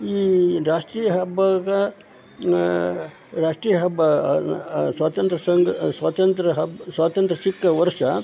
ಈ ರಾಷ್ಟ್ರೀಯ ಹಬ್ಬಗ ರಾಷ್ಟ್ರೀಯ ಹಬ್ಬ ಸ್ವಾತಂತ್ರ್ಯ ಸಂಘ ಸ್ವಾತಂತ್ರ್ಯ ಹಬ್ಬ ಸ್ವಾತಂತ್ರ್ಯ ಸಿಕ್ಕ ವರ್ಷ